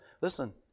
Listen